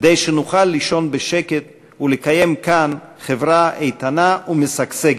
כדי שנוכל לישון בשקט ולקיים כאן חברה איתנה ומשגשגת.